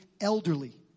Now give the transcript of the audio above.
elderly